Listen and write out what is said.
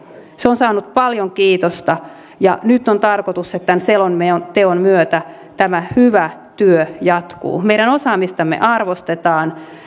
se on saanut paljon kiitosta ja nyt on tarkoitus että tämän selonteon myötä tämä hyvä työ jatkuu meidän osaamistamme arvostetaan